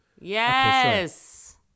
yes